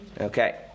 Okay